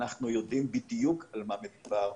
אנחנו יודעים בדיוק על מה מדובר,